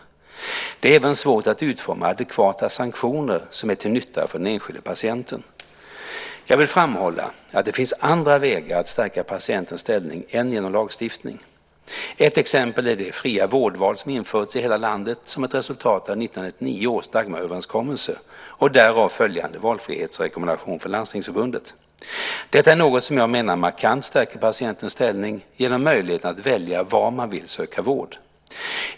Det är även svårt att utforma adekvata sanktioner som är till nytta för den enskilde patienten. Jag vill framhålla att det finns andra vägar att stärka patientens ställning än genom lagstiftning. Ett exempel är det fria vårdval som införts i hela landet som ett resultat av 1999 års Dagmaröverenskommelse och därav följande valfrihetsrekommendation från Landstingsförbundet. Detta är något som jag menar markant stärker patienternas ställning genom möjligheten att välja var man vill söka vård.